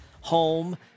home